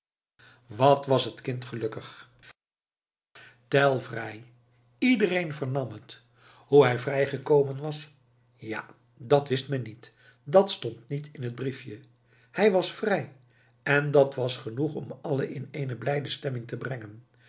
wat was het kind gelukkig tell vrij iedereen vernam het hoe hij vrij gekomen was ja dat wist men niet dat stond niet in het briefje hij was vrij en dat was genoeg om allen in eene blijde stemming te brengen